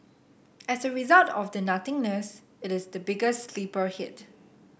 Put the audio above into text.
as a result of the nothingness it is the biggest sleeper hit